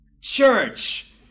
church